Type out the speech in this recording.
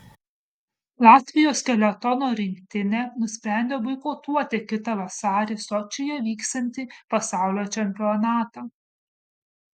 latvijos skeletono rinktinė nusprendė boikotuoti kitą vasarį sočyje vyksiantį pasaulio čempionatą